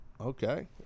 Okay